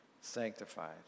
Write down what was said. sanctified